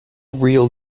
real